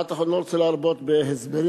אני לא רוצה להרבות בהסברים,